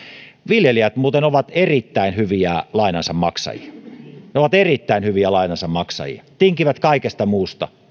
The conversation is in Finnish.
viljelijät muuten ovat erittäin hyviä lainansa maksajia he ovat erittäin hyviä lainansa maksajia tinkivät kaikesta muusta